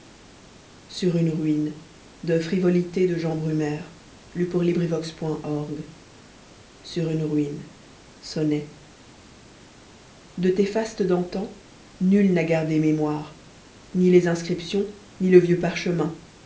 sur une ruine sonnet de tes fastes d'antan nul n'a gardé mémoire ni lesinscriptions ni le vieux parchemin